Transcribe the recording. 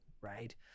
right